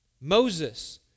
Moses